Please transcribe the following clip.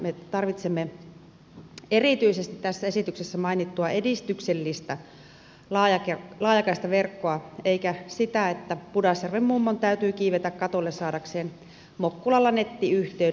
me tarvitsemme erityisesti tässä esityksessä mainittua edistyksellistä laajakaistaverkkoa eikä sitä että pudasjärven mummon täytyy kiivetä katolle saadakseen mokkulalla nettiyhteyden